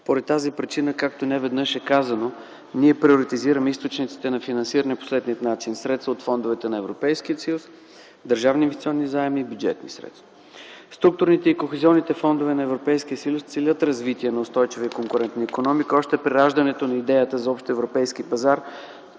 По тази причина, както неведнъж е казано, ние приоритизираме източниците на финансиране по следния начин: средства от фондовете на Европейския съюз, държавни инвестиционни заеми и бюджетни средства. Структурните и кохизионните фондове на Европейския съюз целят развитие на устойчива и конкурентна икономика. Още при раждането на идеята за Общ европейски пазар,